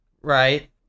right